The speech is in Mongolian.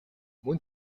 мөн